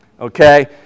okay